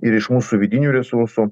ir iš mūsų vidinių resursų